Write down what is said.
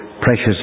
precious